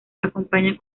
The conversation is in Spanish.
acompaña